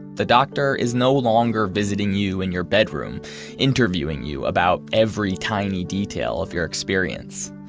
the doctor is no longer visiting you in your bedroom interviewing you about every tiny detail of your experience.